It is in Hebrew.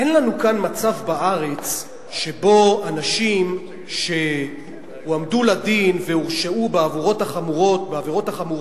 אין לנו כאן בארץ מצב שבו אנשים שהועמדו לדין והורשעו בעבירות החמורות,